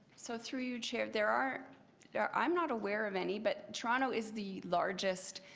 so through you, chair, there are yeah i'm not aware of any but toronto is the largest,